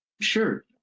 Sure